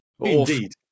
indeed